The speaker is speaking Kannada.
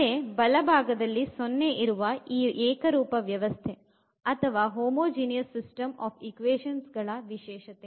ಅದೇ ಬಲಭಾಗದಲ್ಲಿ 0 ಇರುವ ಈ ಏಕರೂಪ ವ್ಯವಸ್ಥೆ ಅಥವಾ ಹೋಮೋಜೀನಿಯಸ್ ಸಿಸ್ಟಮ್ ಗಳ ವಿಶೇಷತೆ